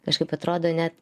kažkaip atrodo net